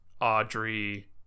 Audrey